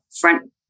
front